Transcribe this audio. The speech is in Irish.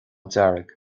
dearg